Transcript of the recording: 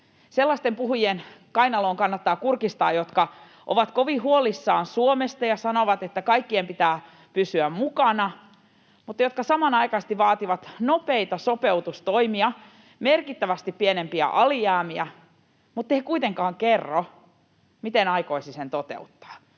sellaisten puhujien kainaloon kannattaa kurkistaa, jotka ovat kovin huolissaan Suomesta ja sanovat, että kaikkien pitää pysyä mukana, mutta jotka samanaikaisesti vaativat nopeita sopeutustoimia ja merkittävästi pienempiä alijäämiä, mutteivät kuitenkaan kerro, miten aikoisivat sen toteuttaa.